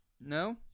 No